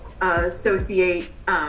associate